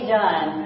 done